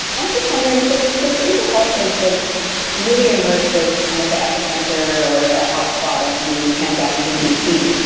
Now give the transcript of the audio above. and i'm just wondering so so fraser health is really emerged as kind of the epicenter or ah hotspot of the pandemic in bc.